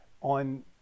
on